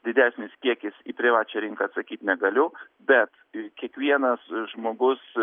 didesnis kiekis į privačią rinką atsakyt negaliu bet kiekvienas žmogus